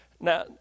Now